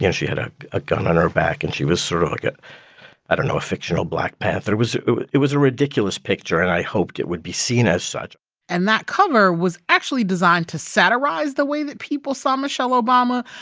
you know she had a a gun on her back, and she was sort of, like, a i don't know a fictional black panther. it was a ridiculous picture, and i hoped it would be seen as such and that cover was actually designed to satirize the way that people saw michelle obama.